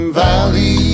valley